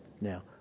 Now